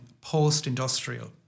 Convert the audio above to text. post-industrial